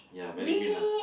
ya very mean ah